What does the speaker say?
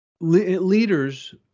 Leaders